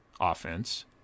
offense